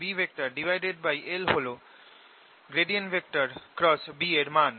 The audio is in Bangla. l হল B এর মান